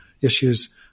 issues